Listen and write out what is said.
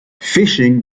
fishing